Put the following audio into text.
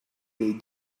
they